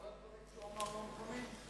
כל הדברים שהוא אמר לא נכונים?